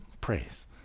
praise